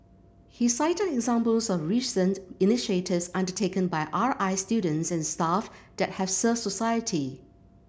he cited examples of recent initiatives undertaken by R I students and staff that have served society